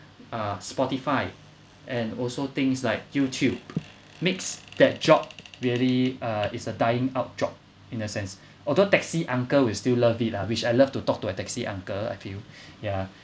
uh spotify and also things like youtube makes that job really uh is a dying out job in a sense although taxi uncle will still love it lah which I love to talk to a taxi uncle I feel ya